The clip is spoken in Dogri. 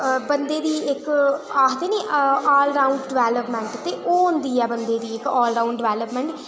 बंदे दी इक आखदे नी ऑलराउंड डवेल्पमैंट ते ओह् होंदी ऐ बंदे दी इक ऑलराउंड डवेल्पमैंट